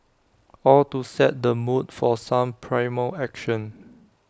all to set the mood for some primal action